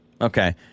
Okay